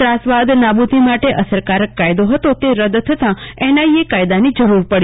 ત્રાસવાદ નાબુદી માટે અસરકારક કાયદો હતો તે રદ થતાં એનઆઇએ કાયદાની જરૂર પડી